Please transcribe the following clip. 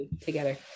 together